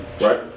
right